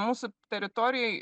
mūsų teritorijoj